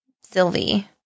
Sylvie